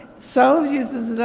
south uses another,